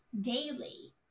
daily